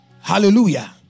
Hallelujah